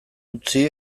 utzi